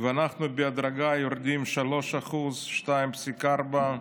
בהדרגה אנחנו יורדים ל-3%, 2.4%,